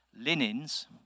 linens